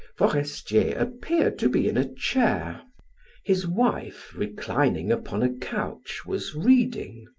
forestier appeared to be in a chair his wife, reclining upon a couch, was reading.